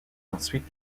ensuite